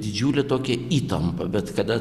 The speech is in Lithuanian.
didžiulė tokia įtampa bet kada